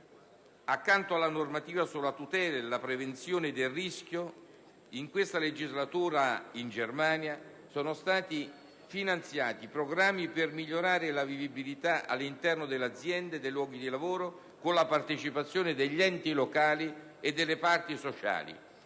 Accanto alla normativa sulla tutela e la prevenzione del rischio, in questa legislatura in Germania sono stati finanziati programmi per migliorare la vivibilità all'interno delle aziende e sui luoghi di lavoro, con la partecipazione degli enti locali e delle parti sociali.